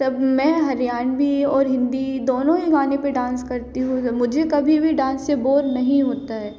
तब मैं हरियाणवी और हिंदी दोनों ही गाने पे डांस करती हूँ मुझे कभी भी डांस से बोर नहीं होता है